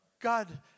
God